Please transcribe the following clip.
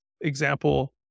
example